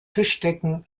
tischdecken